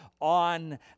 on